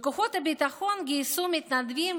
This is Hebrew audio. כוחות הביטחון גייסו מתנדבים